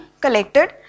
collected